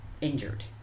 injured